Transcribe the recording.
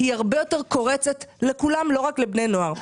היא הרבה יותר קורצת לכולם ולא רק לבני נוער.